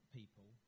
people